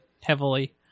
heavily